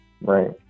Right